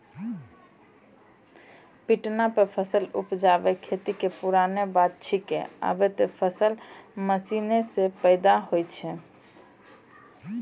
पिटना पर फसल उपजाना खेती कॅ पुरानो बात छैके, आबॅ त फसल मशीन सॅ पैदा होय छै